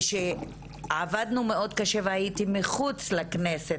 כשעבדנו מאוד קשה והייתי מחוץ לכנסת,